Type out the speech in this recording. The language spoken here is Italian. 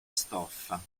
stoffa